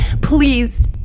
Please